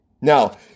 Now